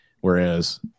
whereas